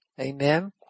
Amen